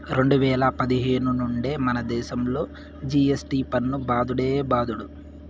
రెండు వేల పదిహేను నుండే మనదేశంలో జి.ఎస్.టి పన్ను బాదుడే బాదుడు